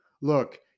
Look